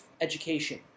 education